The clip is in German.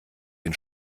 den